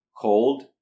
cold